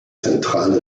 zentrale